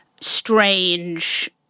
strange